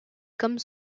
comme